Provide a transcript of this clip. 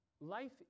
life